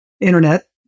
internet